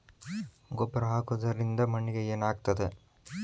ಗೊಬ್ಬರ ಹಾಕುವುದರಿಂದ ಮಣ್ಣಿಗೆ ಏನಾಗ್ತದ?